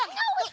no,